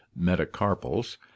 metacarpals